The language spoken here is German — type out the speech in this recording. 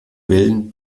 quellen